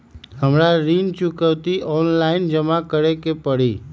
हमरा ऋण चुकौती ऑनलाइन जमा करे के परी?